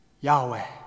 Yahweh